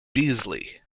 beasley